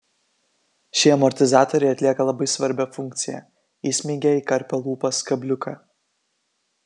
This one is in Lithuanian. šie amortizatoriai atlieka labai svarbią funkciją įsmeigia į karpio lūpas kabliuką